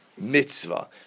mitzvah